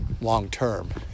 long-term